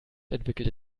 entwickelte